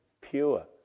pure